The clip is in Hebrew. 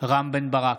רם בן ברק,